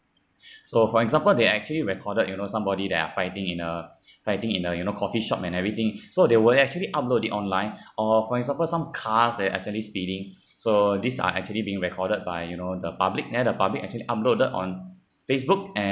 so for example they actually recorded you know somebody that are fighting in a fighting in a you know coffeeshop and everything so they will actually upload it online or for example some cars that are actually speeding so these are actually being recorded by you know the public then the public actually uploaded on Facebook